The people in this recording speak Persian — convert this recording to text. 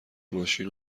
ماشین